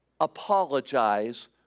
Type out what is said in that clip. apologize